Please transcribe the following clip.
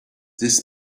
this